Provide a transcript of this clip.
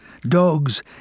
Dogs